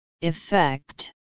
effect